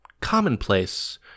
commonplace